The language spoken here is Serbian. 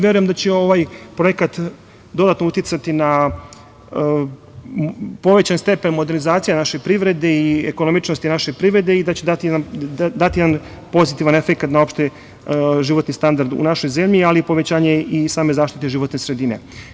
Verujem da će ovaj projekat dodatno uticati na povećan stepen modernizacije naše privrede i ekonomičnost naše privrede i da će dati jedan pozitivan efekata na opšti životni standard u našoj zemlji, ali i povećanje same životne sredine.